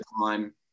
time